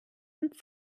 und